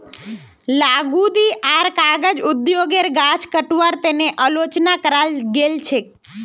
लुगदी आर कागज उद्योगेर गाछ कटवार तने आलोचना कराल गेल छेक